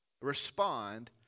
respond